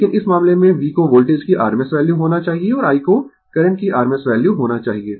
लेकिन इस मामले में V को वोल्टेज की rms वैल्यू होना चाहिए और I को करंट की rms वैल्यू होना चाहिए